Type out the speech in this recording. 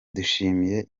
dushimiye